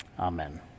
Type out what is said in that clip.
Amen